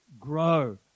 Grow